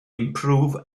improve